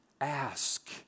ask